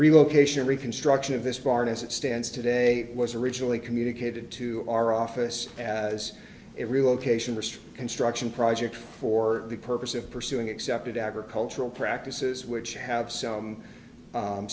relocation reconstruction of this barn as it stands today was originally communicated to our office as it real cation reste construction project for the purpose of pursuing accepted agricultural practices which have some